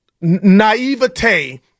naivete